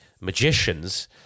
magicians